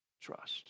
trust